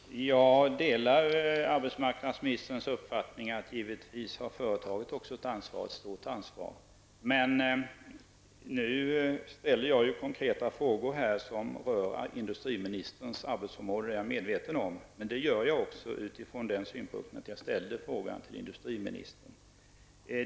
Herr talman! Jag delar arbetsmarknadsministerns uppfattning att även företaget givetvis har ett stort ansvar. Jag ställer nu konkreta frågor som rör industriministerns arbetsområde -- jag är medveten om detta --, men anledningen är att jag riktade min fråga till industriministern.